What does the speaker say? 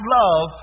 love